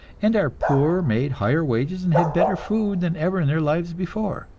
and our poor made higher wages and had better food than ever in their lives before.